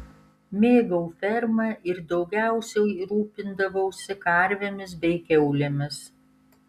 mėgau fermą ir daugiausiai rūpindavausi karvėmis bei kiaulėmis